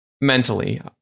mentally